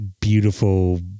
beautiful